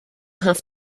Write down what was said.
have